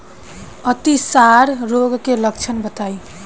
अतिसार रोग के लक्षण बताई?